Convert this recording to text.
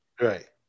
Right